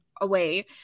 away